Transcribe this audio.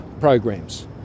programs